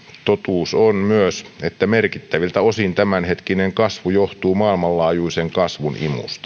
totuus on myös että merkittäviltä osin tämänhetkinen kasvu johtuu maailmanlaajuisen kasvun imusta